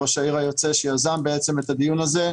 ראש העיר היוצא שיזם את הדיון הזה.